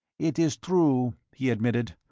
it is true, he admitted.